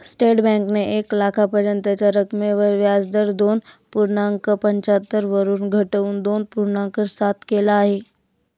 state बँकेने एक लाखापर्यंतच्या रकमेवर व्याजदर दोन पूर्णांक पंच्याहत्तर वरून घटवून दोन पूर्णांक सात केल आहे